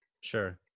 sure